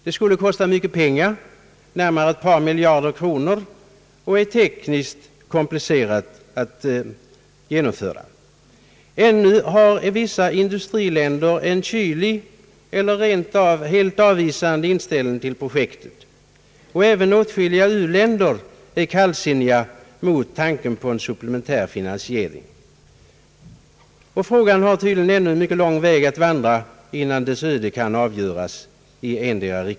Den skulle kosta mycket pengar — närmare ett par miljarder kronor — och är tekniskt komplicerat att genomföra. Ännu har vissa industriländer en kylig eller rent av helt avvisande inställning till projektet. Även åtskilliga u-länder är kallsinniga mot tanken på en supplementär finansiering. Frågan har tydligen ännu mycket lång väg att vandra innan den kan avgöras.